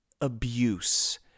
abuse